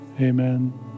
amen